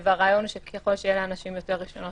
הרעיון הוא שככל שיהיו לאנשים יותר רישיונות